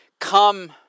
come